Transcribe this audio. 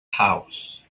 house